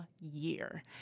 year